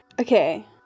Okay